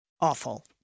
awful